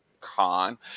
Con